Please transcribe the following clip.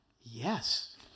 yes